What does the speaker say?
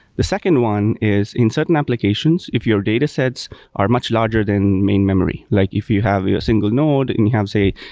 the second one is in certain applications, if your datasets are much larger than main memory. like if you have a single node and you have, say,